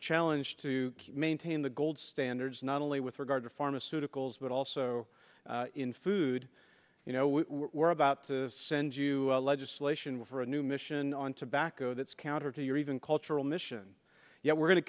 challenge to maintain the gold standards not only with regard to pharmaceuticals but also in food you know we were about to send you legislation for a new mission on tobacco that's counter to your even cultural mission yet we're going to